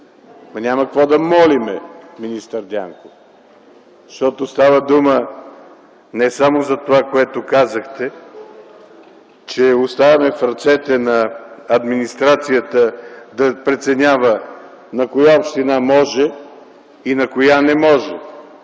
Няма какво да молим министър Дянков, защото става дума не само за това, което казахте - че оставаме в ръцете на администрацията да преценява на коя община може и на коя не може.